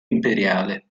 imperiale